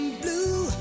blue